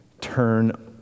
turn